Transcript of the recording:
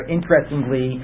Interestingly